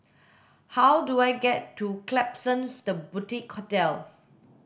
how do I get to Klapsons The Boutique Hotel